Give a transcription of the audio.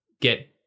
get